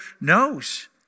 knows